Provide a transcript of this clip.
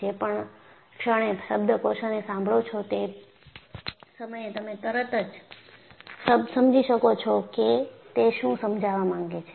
જે પણ ક્ષણે શબ્દકોષને સાંભળો છો તે સમયે તમે તરત જ સમજી શકો છો કે તે શું સમજવા માંગે છે